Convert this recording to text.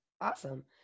Awesome